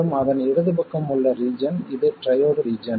மற்றும் அதன் இடது பக்கம் உள்ள ரீஜன் இது ட்ரையோட் ரீஜன்